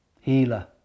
healer